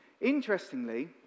Interestingly